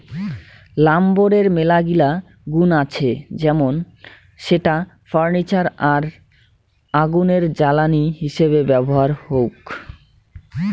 লাম্বরের মেলাগিলা গুন্ আছে যেমন সেটা ফার্নিচার আর আগুনের জ্বালানি হিসেবে ব্যবহার হউক